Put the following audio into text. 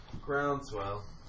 Groundswell